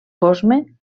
cosme